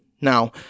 Now